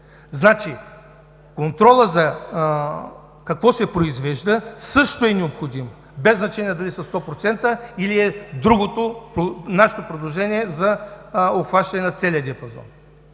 Значи, контролът за това какво се произвежда също е необходим, без значение дали са 100% или е другото, нашето предложение за обхващане на целия диапазон.